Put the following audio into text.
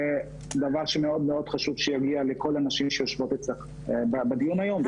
דבר שמאוד חשוב שיגיע לכל הנשים שיושבות בדיון היום.